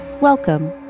Welcome